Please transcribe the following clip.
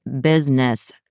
business